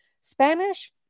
Spanish